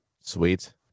Sweet